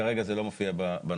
כרגע זה לא מופיע בנוסח.